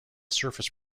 surface